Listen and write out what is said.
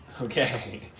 Okay